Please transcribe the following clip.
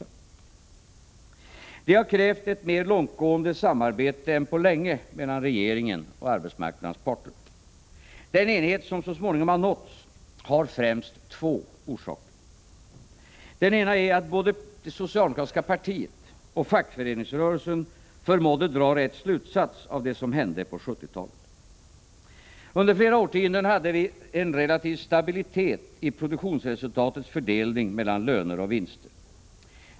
Det här har krävt ett mer långtgående samarbete än på länge mellan regeringen och arbetsmarknadens parter. Den enighet som så småningom har nåtts har främst två orsaker. Den ena är att både socialdemokratiska partiet och fackföreningsrörelsen förmådde dra rätt slutsats av det som hände på 1970-talet. Under flera årtionden hade vi en relativ stabilitet i produktionsresultatets fördelning mellan löner och vinster.